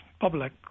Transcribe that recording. public